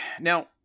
now